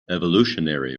evolutionary